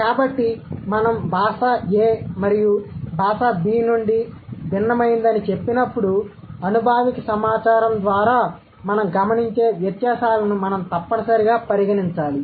కాబట్టి మేము భాష Aభాష B నుండి భిన్నమైనదని చెప్పినప్పుడు అనుభావిక సమాచారం ద్వారా మనం గమనించే వ్యత్యాసాలను మనం తప్పనిసరిగా పరిగణించాలి